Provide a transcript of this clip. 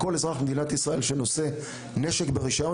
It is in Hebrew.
כל אזרח במדינת ישראל שנושא נשק ברישיון,